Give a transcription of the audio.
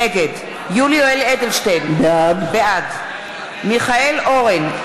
נגד יולי יואל אדלשטיין, בעד מיכאל אורן,